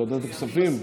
לוועדת הכספים?